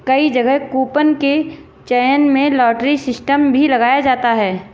कई जगह कूपन के चयन में लॉटरी सिस्टम भी लगाया जाता है